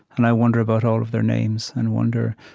and i wonder about all of their names and wonder,